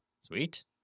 Sweet